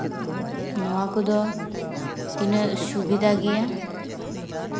ᱛᱤᱱᱟᱹᱜ ᱥᱩᱵᱤᱫᱷᱟ ᱜᱮᱭᱟ